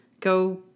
Go